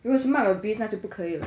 因为是 mark of the beast 那就不可以了